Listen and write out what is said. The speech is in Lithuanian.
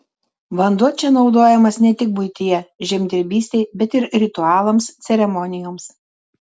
vanduo čia naudojamas ne tik buityje žemdirbystei bet ir ritualams ceremonijoms